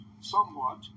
somewhat